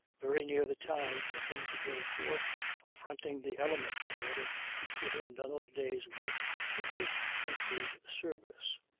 very near the time for him to go forth affronting the elements in order to put in another day's work in his country's service.